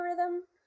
algorithm